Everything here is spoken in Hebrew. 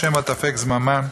ה' אל תפק זממם,